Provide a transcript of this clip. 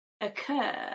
occur